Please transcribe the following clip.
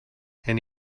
and